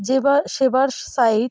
যেবার সেবার সাইট